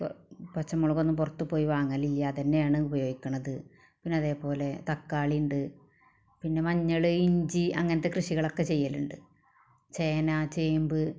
ഇപ്പ പച്ചമുളകൊന്നും പുറത്തുപോയി വാങ്ങലില്ല അത് തന്നെയാണ് ഉപയോഗിക്കുന്നത് പിന്നെ അതേപോലെ തക്കാളി ഉണ്ട് പിന്നെ മഞ്ഞള് ഇഞ്ചി അങ്ങനത്തെ കൃഷികളൊക്കെ ചെയ്യലുണ്ട് ചേന ചേമ്പ്